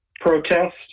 protest